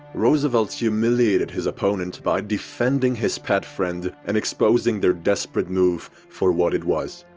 roosevelt humiliated his opponent by defending his pet friend and exposing their desperate move for what it was.